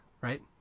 right